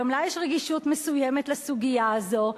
גם לה יש רגישות מסוימת לסוגיה הזו,